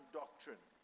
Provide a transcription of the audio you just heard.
doctrine